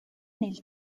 nel